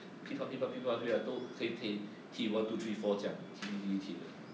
pipah pipah pipah pipah 都可以 the~ 踢 one two three four 这样踢踢踢踢踢的